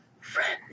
friend